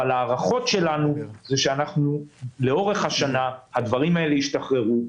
אבל ההערכות שלנו הן שלאורך השנה הדברים האלה ישתחררו,